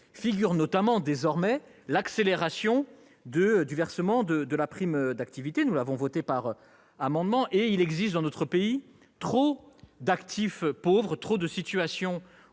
figure notamment désormais l'accélération du versement de la prime d'activité que nous avons votée par amendement. Il existe dans notre pays trop d'actifs pauvres, nous savons